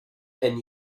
and